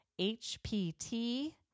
HPT